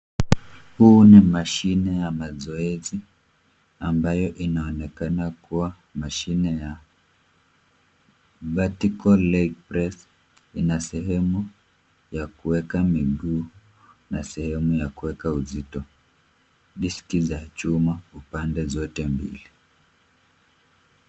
Huu ni mashine ya mazoezi ambayo inaonekana kuwa mashine ya vertical leg press .Ina sehemu ya kuweka miguu na sehemu ya kuweka uzito. Diski za chuma upande zote mbili.